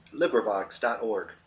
LibriVox.org